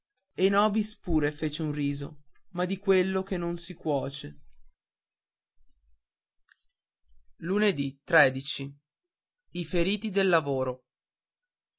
e nobis pure fece un riso ma di quello che non si cuoce i feriti del lavoro